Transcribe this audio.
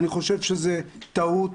אני חושב שזה טעות,